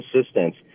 assistance